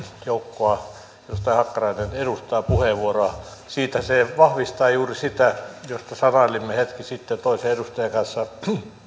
joukkoa edustaja hakkarainen edustaa puheenvuoroa se vahvistaa juuri sitä mistä sanailimme hetki sitten toisen edustajan kanssa